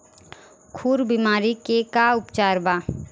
खुर बीमारी के का उपचार बा?